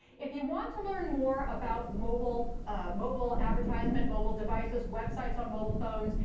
if you want to learn more about mobile mobile advertisement, mobile devices, websites on mobile phones,